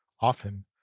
often